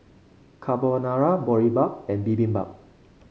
Carbonara Boribap and Bibimbap